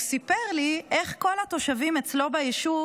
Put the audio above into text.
הוא סיפר לי איך כל התושבים אצלו ביישוב